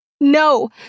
No